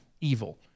evil